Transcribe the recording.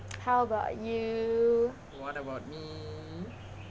how about you